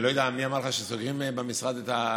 אני לא יודע מי אמר לך שסוגרים במשרד את החשמל.